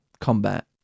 combat